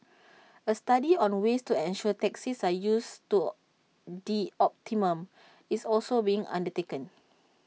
A study on ways to ensure taxis are used to the optimum is also being undertaken